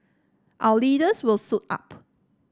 our leaders will suit up